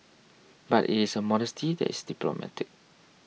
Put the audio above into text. but it is a modesty that is diplomatic